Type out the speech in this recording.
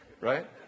Right